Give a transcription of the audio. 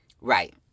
Right